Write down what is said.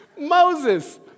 Moses